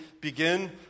begin